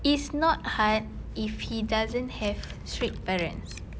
it's not hard if he doesn't have strict parents